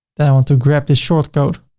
then i want to grab this shortcode,